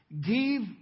Give